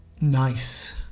nice